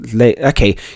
okay